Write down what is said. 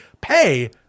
pay